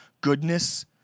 Goodness